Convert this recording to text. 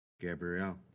Gabrielle